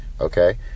Okay